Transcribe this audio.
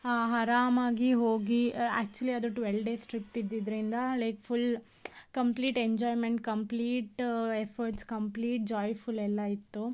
ಆರಾಮಾಗಿ ಹೋಗಿ ಆಕ್ಚುಲಿ ಅದು ಟ್ವೆಲ್ ಡೇಸ್ ಟ್ರಿಪ್ ಇದ್ದಿದ್ದರಿಂದ like full complete enjoyment complete efforts complete joyful ಎಲ್ಲ ಇತ್ತು